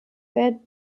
werden